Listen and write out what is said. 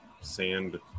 sand